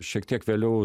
šiek tiek vėliau